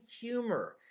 humor